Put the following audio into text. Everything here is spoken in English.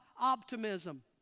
optimism